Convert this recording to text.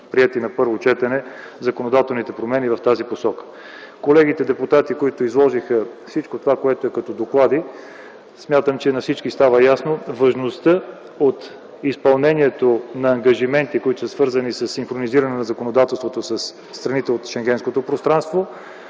приети на първо четене законодателните промени в тази посока. Колегите депутати изложиха всичко това, което е като доклади. Смятам, че на всички става ясна важността от изпълнението на ангажиментите, които са свързани със синхронизиране на законодателството със страните от Шенгенското пространство.